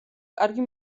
კარგი